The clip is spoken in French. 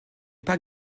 pas